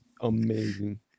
Amazing